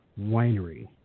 Winery